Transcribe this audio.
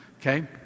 Okay